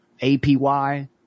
APY